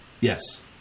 Yes